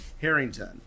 Harrington